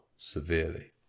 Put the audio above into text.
severely